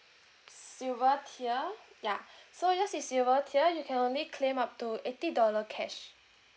silver tier ya so yours is silver tier you can only claim up to eighty dollar cash